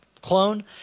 clone